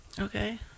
okay